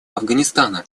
афганистана